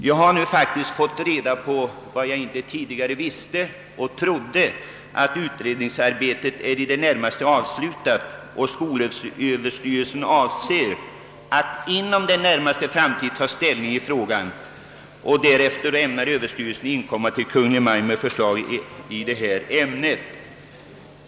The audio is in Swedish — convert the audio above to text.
Jag har nu fått besked om vad jag tidigare inte visste eller trodde, nämligen att utredningsarbetet beträffande glesbygdens gymnasiefråga är i det närmaste avslutat och att skolöverstyrelsen har för avsikt att inom den närmaste framtiden ta ställning i ärendet samt därefter inkomma till Kungl. Maj:t med ett förslag.